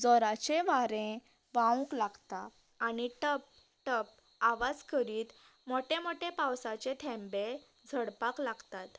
जोराचे वारें व्हावूंक लागता आनी टप टप आवाज करीत मोठे मोठे पावसाचे थेंबे झडपाक लागतात